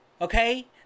Okay